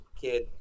kid